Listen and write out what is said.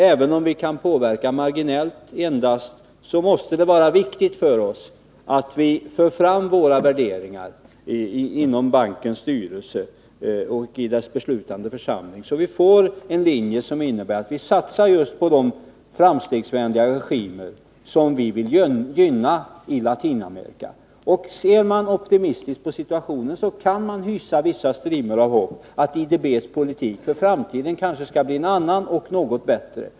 Även om vi endast marginellt kan påverka IDB, är det viktigt att vi för fram våra värderingar inom bankens styrelse och i dess beslutande församlingar, så att vi får en linje som innebär att vi satsar just på de framstegsvänliga regimer i Latinamerika som vi vill gynna. Ser man optimistiskt på situationen kan man skönja vissa strimmor av hopp om att IDB:s politik i framtiden kan bli en annan och något bättre.